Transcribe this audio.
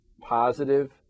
positive